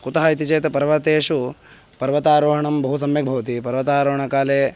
कुतः इति चेत् पर्वतेषु पर्वतारोहणं बहु सम्यक् भवति पर्वतारोहणकाले